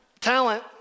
talent